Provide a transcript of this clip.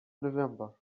november